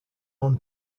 own